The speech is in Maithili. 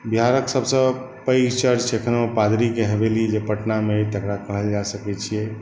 बिहारके सबसँ पैघ चर्च एखनो पादरीके हवेली से पटनामे अछि तकरा कहल जा सकै छियै